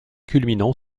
culminant